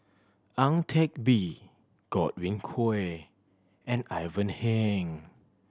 Ang Teck Bee Godwin Koay and Ivan Heng